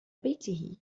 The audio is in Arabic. بيته